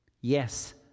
Yes